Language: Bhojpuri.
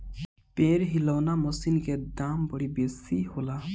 पेड़ हिलौना मशीन के दाम बड़ी बेसी होला